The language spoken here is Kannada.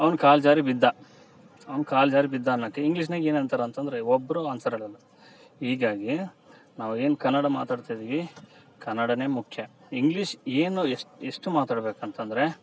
ಅವ್ನು ಕಾಲು ಜಾರಿ ಬಿದ್ದ ಅವ್ನು ಕಾಲು ಜಾರಿ ಬಿದ್ದ ಅನ್ನೋಕೆ ಇಂಗ್ಲೀಷ್ನಾಗೆ ಏನಂತಾರೆ ಅಂತಂದರೆ ಒಬ್ಬರು ಆನ್ಸರ್ ಹೇಳಲ್ಲ ಹೀಗಾಗಿ ನಾವು ಏನು ಕನ್ನಡ ಮಾತಾಡ್ತ ಇದೀವಿ ಕನ್ನಡನೇ ಮುಖ್ಯ ಇಂಗ್ಲೀಷ್ ಏನು ಎಷ್ಟು ಎಷ್ಟು ಮಾತಾಡ್ಬೇಕು ಅಂತಂದರೆ